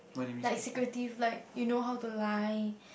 like secretive like you know how to lie